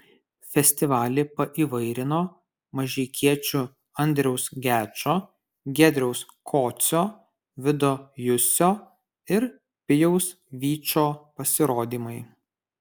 festivalį paįvairino mažeikiečių andriaus gečo giedriaus kocio vido jusio ir pijaus vyčo pasirodymai